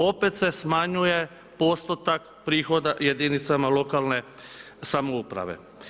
Opet se smanjuje postotak prihoda jedinicama lokalne samouprave.